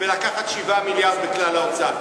איך אפשר לטפל ולקחת 7 מיליארד בכלל ההוצאה?